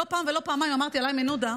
לא פעם ולא פעמיים אמרתי על איימן עודה,